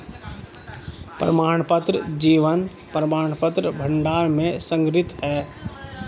प्रमाणपत्र जीवन प्रमाणपत्र भंडार में संग्रहीत हैं